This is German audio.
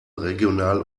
regional